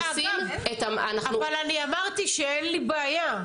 אבל אמרתי שאין לי בעיה.